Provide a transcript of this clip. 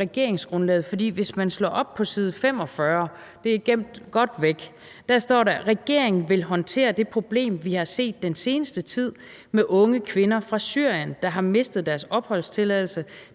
regeringsgrundlaget, for hvis man slår op på side 45 – det er gemt godt væk – står der: Regeringen vil håndtere det problem, vi har set den seneste tid, med unge kvinder fra Syrien, der har mistet deres opholdstilladelse,